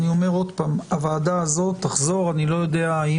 אני אומר עוד פעם שהוועדה הזאת תחזור אני לא יודע אם